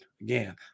Again